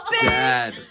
Dad